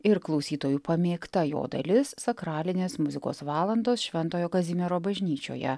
ir klausytojų pamėgta jo dalis sakralinės muzikos valandos šventojo kazimiero bažnyčioje